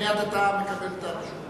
מייד אתה מקבל את הרשות.